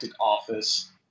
office